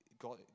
God